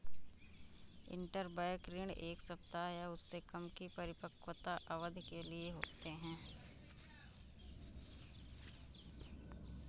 interbank ऋण एक सप्ताह या उससे कम की परिपक्वता अवधि के लिए होते हैं